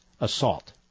assault